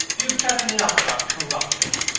you have chattered enough about corruption.